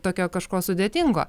tokia kažko sudėtingo